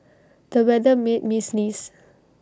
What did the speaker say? the weather made me sneeze